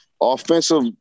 offensive